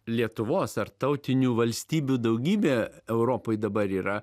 lietuvos ar tautinių valstybių daugybė europoj dabar yra